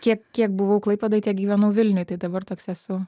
kiek kiek buvau klaipėdoj tiek gyvenau vilniuj tai dabar toks esu